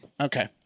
Okay